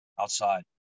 outside